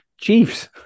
Chiefs